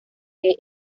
que